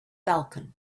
falcon